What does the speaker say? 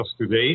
today